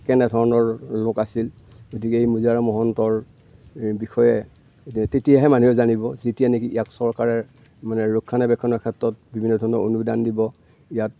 কেনেধৰণৰ লোক আছিল গতিকে এই মোজাৰাম মহন্তৰ বিষয়ে এইটো তেতিয়াহে মানুহে জানিব যেতিয়া নেকি চৰকাৰে মানে ৰক্ষণাবেক্ষণৰ ক্ষেত্ৰত বিভিন্ন ধৰণৰ অনুদান দিব ইয়াত